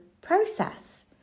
process